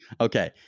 okay